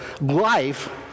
life